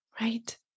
Right